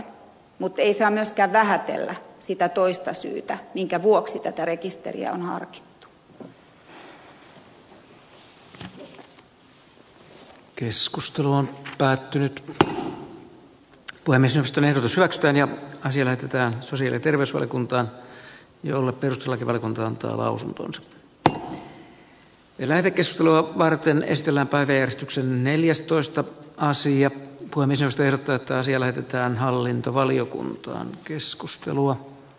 mutta ei saa myöskään vähätellä sitä toista syytä minkä vuoksi tätä rekisteriä on päättynyt tulemisesta ja kysyäkseen ja asia lähetetään sosiaali terveysvaliokuntaan jolle perustuslakivaliokunta antaa lausuntonsa oli vielä herkistelua varten esitellä varjostuksen neljäs toista asia kuin isoisten rata asia lähetetään hallintovaliokuntaan keskustelua